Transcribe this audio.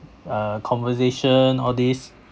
uh conversation all these